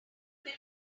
can